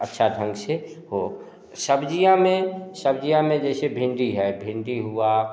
अच्छा ढंग से हो सब्ज़ियाँ में सब्ज़ियाँ में जैसे भिंडी है भिंडी हुआ